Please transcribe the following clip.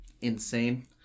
insane